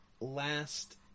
last